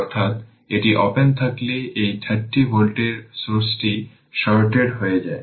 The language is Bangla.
অর্থাৎ এটি ওপেন থাকলে এই 30 ভোল্টের সোর্সটি শর্টেড হয়ে যায়